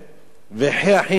"וחי אחיך עמך".